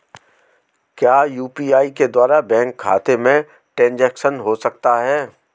क्या यू.पी.आई के द्वारा बैंक खाते में ट्रैन्ज़ैक्शन हो सकता है?